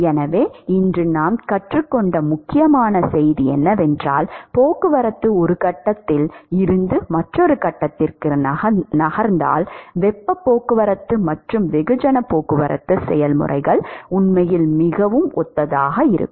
எனவே இன்று நாம் கற்றுக்கொண்ட முக்கியமான செய்தி என்னவென்றால் போக்குவரத்து ஒரு கட்டத்தில் இருந்து மற்றொரு கட்டத்திற்கு நகர்ந்தால் வெப்பப் போக்குவரத்து மற்றும் வெகுஜன போக்குவரத்து செயல்முறைகள் உண்மையில் மிகவும் ஒத்ததாக இருக்கும்